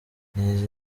izi